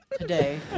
today